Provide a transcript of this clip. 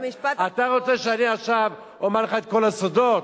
אתה רוצה שאני עכשיו אומר לך את כל הסודות?